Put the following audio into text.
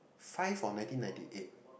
five or nineteen ninety eight